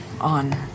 on